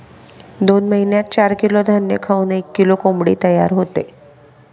दोन महिन्यात चार किलो धान्य खाऊन एक किलो कोंबडी तयार होते